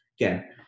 again